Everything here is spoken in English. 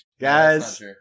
Guys